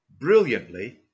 brilliantly